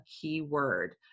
keyword